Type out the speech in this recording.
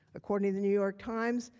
according to the new york times,